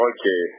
Okay